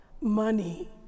money